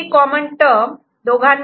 B F2 B'